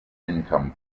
income